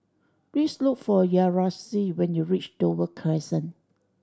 please look for Yaretzi when you reach Dover Crescent